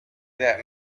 that